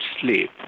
sleep